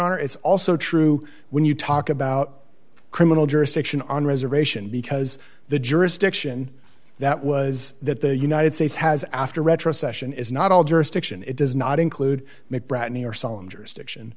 honor it's also true when you talk about criminal jurisdiction on reservation because the jurisdiction that was that the united states has after retrocession is not all jurisdiction it does not include mcbride new york saund